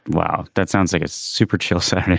wow that sounds like a super chill sir